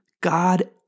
God